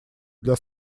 для